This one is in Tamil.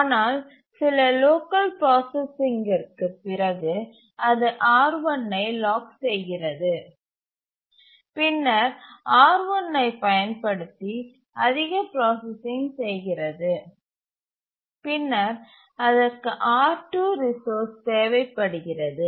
ஆனால் சில லோக்கல் ப்ராசசிங்கிற்குப் பிறகு அது R1ஐ லாக் செய்கிறது பின்னர் R1ஐப் பயன்படுத்தி அதிக ப்ராசசிங் செய்கிறது பின்னர் அதற்கு R2 ரிசோர்ஸ் தேவை படுகிறது